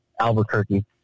Albuquerque